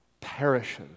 perishes